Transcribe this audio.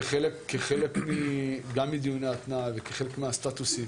כחלק גם מדיוני ההתנעה וכחלק מהסטטוסים